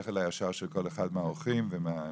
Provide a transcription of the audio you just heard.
השכל הישר של כל אחד מהאורחים ומהמשתתפים,